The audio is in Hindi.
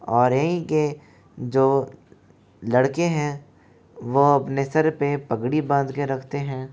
और यहीं के जो लड़के हैं वह अपने सर पर पगड़ी बांध के रखते हैं